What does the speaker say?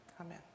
Amen